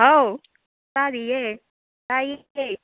ꯍꯥꯎ ꯇꯥꯔꯤꯌꯦ ꯇꯥꯏꯌꯦ